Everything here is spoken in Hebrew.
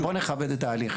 בוא נכבד את ההליך.